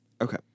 Okay